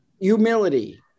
humility